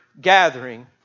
gathering